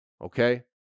okay